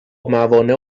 موانع